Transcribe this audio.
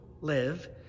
live